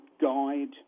guide